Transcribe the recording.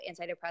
antidepressants